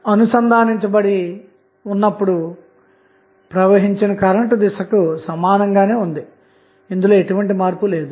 ఇప్పుడు Thevenin equivalent కనుక్కోవటం కోసం ముందుగా RTh ను కనుగొందాము